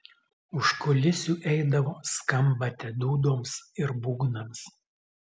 už kulisių eidavo skambate dūdoms ir būgnams